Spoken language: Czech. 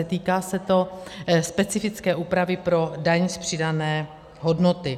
Týká se to specifické úpravy pro daň z přidané hodnoty.